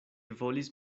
volis